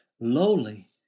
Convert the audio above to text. lowly